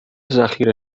ذخیره